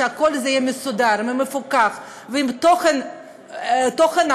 כשכל זה יהיה מסודר ומפוקח והתוכן ברור,